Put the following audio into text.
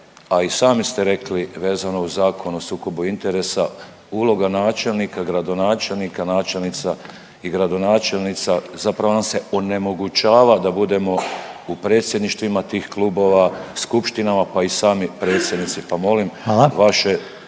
a i sami ste rekli vezano uz Zakon o sukobu interesa, uloga načelnika, gradonačelnika, načelnica i gradonačelnica zapravo nam se onemogućava da budemo u predsjedništvima tih klubova, skupštinama pa i sami predsjednici, pa molim vaše